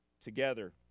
Together